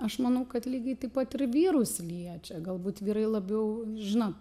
aš manau kad lygiai taip pat ir vyrus liečia galbūt vyrai labiau žinot